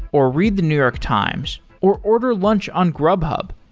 or read the new york times, or order lunch on grubhub,